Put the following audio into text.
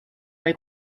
või